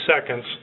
seconds